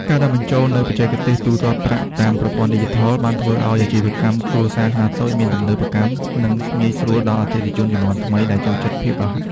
ការដាក់បញ្ចូលនូវបច្គេកវិទ្យាទូទាត់ប្រាក់តាមប្រព័ន្ធឌីជីថល បានធ្វើឱ្យអាជីវកម្មគ្រួសារខ្នាតតូចមានភាពទំនើប និងងាយស្រួលដល់អតិថិជនជំនាន់ថ្មីដែលចូលចិត្តភាពរហ័ស។